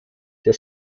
der